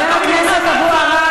חבר הכנסת אבו עראר,